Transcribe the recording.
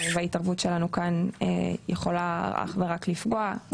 וההתערבות שלנו כאן יכולה אך ורק לפגוע,